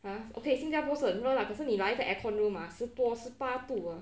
!huh! okay 新加坡是很热 lah 可是你来一个 aircon room mah 是十多十八度 ah